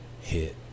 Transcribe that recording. hit